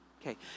Okay